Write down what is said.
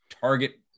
target